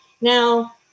Now